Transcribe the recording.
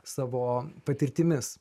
savo patirtimis